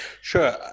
Sure